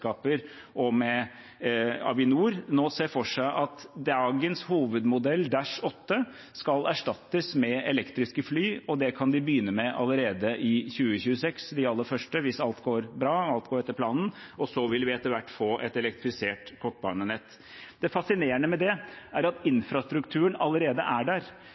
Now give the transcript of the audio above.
og med Avinor nå ser for seg at dagens hovedmodell, Dash 8, skal erstattes med elektriske fly, og de kan begynne med de aller første allerede i 2026 hvis alt går bra og etter planen. Så vil vi etter hvert få et elektrifisert kortbanenett. Det fascinerende med det er at infrastrukturen allerede er der.